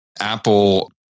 Apple